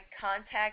contact